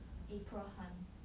april han